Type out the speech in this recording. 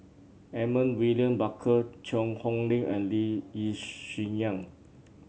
Edmund William Barker Cheang Hong Lim and Lee Yi Shyan